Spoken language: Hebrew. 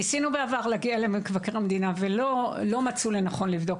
ניסינו בעבר להגיע למבקר המדינה ולא מצאו לנכון לבדוק